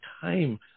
time